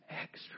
extra